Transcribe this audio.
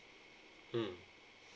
mm